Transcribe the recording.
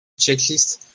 checklist